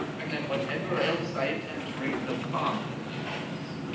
and that whatever else i attempt rings abominably false.